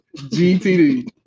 GTD